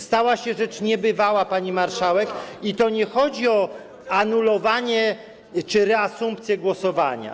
Stała się rzecz niebywała, pani marszałek, i to nie chodzi o anulowanie czy reasumpcję głosowania.